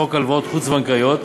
חוק הלוואות חוץ-בנקאיות,